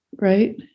Right